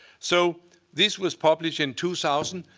so this was published in two thousand.